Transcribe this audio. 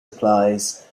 applies